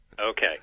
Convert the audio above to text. Okay